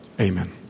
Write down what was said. amen